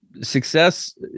success